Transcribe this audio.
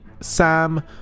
Sam